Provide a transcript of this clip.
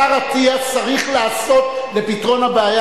השר אטיאס צריך לעסוק בפתרון הבעיה,